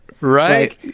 Right